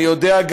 אני יודע,